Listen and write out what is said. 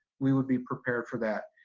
we would be prepared for that.